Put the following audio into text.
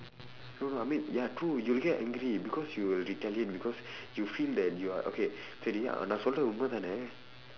no no I mean ya true you will get angry because you will retaliate because you feel that you are okay சரி நான் சொல்லுறது உண்மை தானே:sari naan sollurathu unmai thaanee